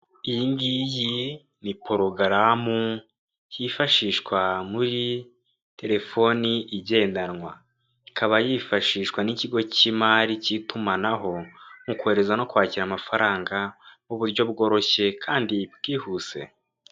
Iyi ngiyi ni porogaramu yifashishwa muri terefoni igendanwa, ikaba yifashishwa n'ikigo cy'imari cy'itumanaho mu kohereza no kwakira amafaranga mu buryo bworoshye kandi bwihuse.